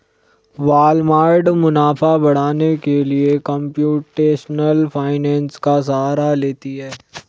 Walmart मुनाफा बढ़ाने के लिए कंप्यूटेशनल फाइनेंस का सहारा लेती है